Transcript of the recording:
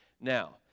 now